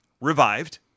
revived